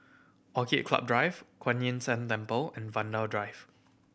Orchid Club Drive Kuan Yin San Temple and Vanda Drive